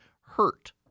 hurt